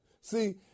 See